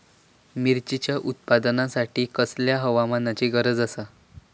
मिरचीच्या उत्पादनासाठी कसल्या हवामानाची गरज आसता?